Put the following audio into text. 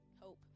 hope